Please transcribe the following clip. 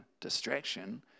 distraction